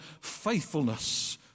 faithfulness